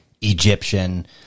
Egyptian